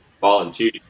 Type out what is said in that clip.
volunteer